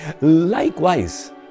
Likewise